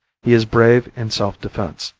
he is brave in self-defense,